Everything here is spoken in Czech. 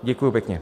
Děkuju pěkně.